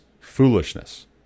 foolishness